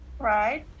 Right